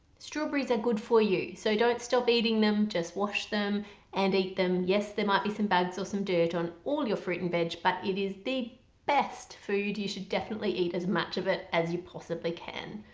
strawberries are good for you so don't stop eating them just wash them and eat them yes there might be some bugs or so some dirt on all your fruit and veg but it is the best food you should definitely eat as much of it as you possibly can.